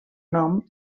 nom